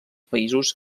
països